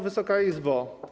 Wysoka Izbo!